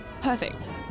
perfect